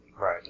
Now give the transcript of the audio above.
Right